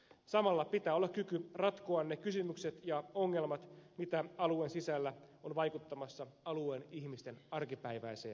samalla pitää olla kyky ratkoa ne kysymykset ja ongelmat joita alueen sisällä on vaikuttamassa alueen ihmisten arkipäiväiseen elämään